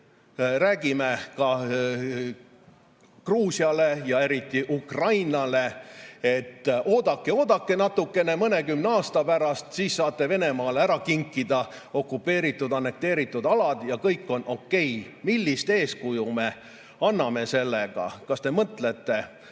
räägime Gruusiale ja eriti Ukrainale, et oodake, oodake natuke, mõnekümne aasta pärast saate Venemaale okupeeritud, annekteeritud alad ära kinkida, ja kõik on okei. Millist eeskuju me anname sellega? Kas te mõtlete